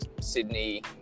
Sydney